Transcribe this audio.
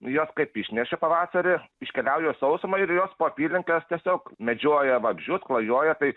jos kaip išneršia pavasarį iškeliauja į sausumą ir jos po apylinkes tiesiog medžioja vabzdžius klajoja tai